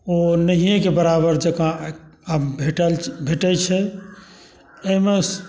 ओ नहिएके बराबर जकाँ आब भेटै छै एहिमे